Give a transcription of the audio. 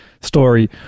story